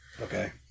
Okay